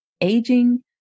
aging